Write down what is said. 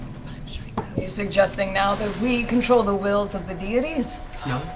you suggesting now that we control the wills of the deities?